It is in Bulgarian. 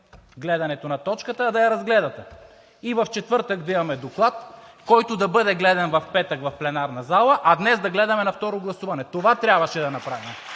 гледането на точката, а да я разгледате. В четвъртък да имаме доклад, който да бъде гледан в петък в пленарната зала, а днес да го гледаме на второ гласуване. Това трябваше да направим